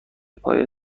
پای